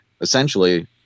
essentially